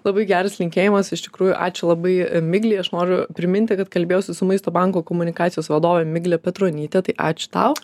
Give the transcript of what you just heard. labai geras linkėjimas iš tikrųjų ačiū labai miglei aš noriu priminti kad kalbėjausi su maisto banko komunikacijos vadove miglė petronyte tai ačiū tau